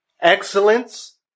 Excellence